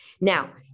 Now